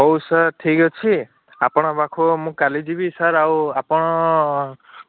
ହଉ ସାର୍ ଠିକ୍ ଅଛି ଆପଣଙ୍କ ପାଖକୁ ମୁଁ କାଲି ଯିବି ସାର୍ ଆଉ ଆପଣ